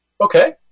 Okay